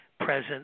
present